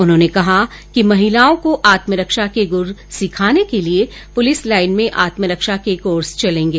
उन्होंने कहा कि महिलाओं को आत्मरक्षा के गुर सिखाने के लिए पुलिस लाइन में आत्मरक्षा के कोर्स चलेंगे